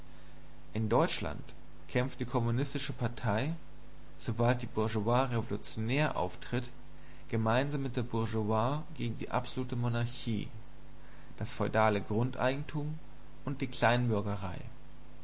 in deutschland kämpft die kommunistische partei sobald die bourgeoisie revolutionär auftritt gemeinsam mit der bourgeoisie gegen die absolute monarchie das feudale grundeigentum und die kleinbürgerei